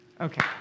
Okay